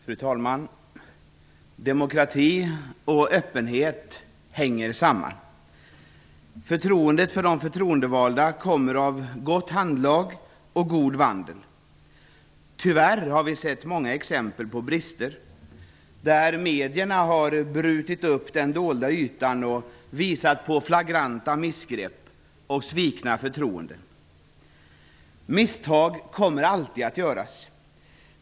Fru talman! Demokrati och öppenhet hänger samman. Förtroendet för de förtroendevalda kommer av gott handlag och god vandel. Tyvärr har vi sett många exempel på brister, där medierna har brutit upp den dolda ytan och visat på flagranta missgrepp samt svikna förtroenden. Misstag kommer alltid att göras.